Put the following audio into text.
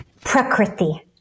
prakriti